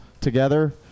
together